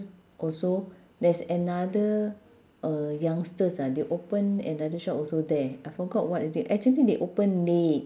also there's another uh youngsters ah they open another shop also there I forgot what is it actually they open may